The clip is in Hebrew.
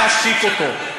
להשתיק אותו.